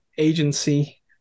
agency